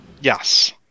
Yes